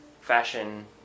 fashion